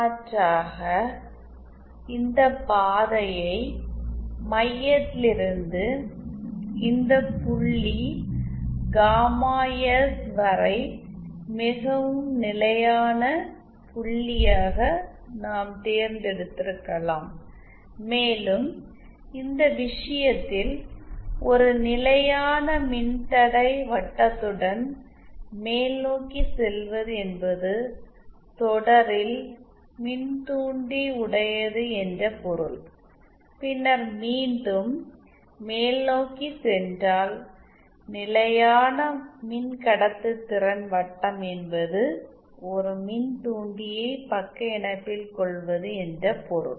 மாற்றாக இந்த பாதையை மையத்திலிருந்து இந்த புள்ளி காமா எஸ் வரை மிகவும் நிலையான புள்ளியாக நாம் தேர்ந்தெடுத்திருக்கலாம் மேலும் இந்த விஷயத்தில் ஒரு நிலையான மின்தடை வட்டத்துடன் மேல்நோக்கிச் செல்வது என்பது தொடரில் மின்தூண்டி உடையது என்ற பொருள் பின்னர் மீண்டும் மேல்நோக்கிச் சென்றால் நிலையான மின்கடத்துதிறன் வட்டம் என்பது ஒருமின்தூண்டியை பக்க இணைப்பில் கொள்வது என்ற பொருள்